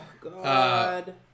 God